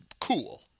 cool